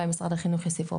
אולי משרד החינוך יוסיף פה,